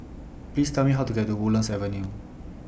Please Tell Me How to get to Woodlands Avenue